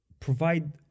provide